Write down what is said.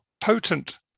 potent